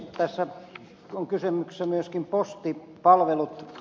tässä ovat kysymyksessä myöskin postipalvelut